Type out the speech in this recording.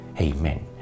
Amen